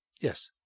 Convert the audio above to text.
Yes